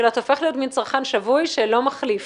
אתה הופך להיות צרכן שבוי שלא מחליף